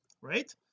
right